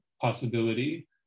possibility